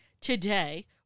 today